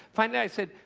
finally, i said,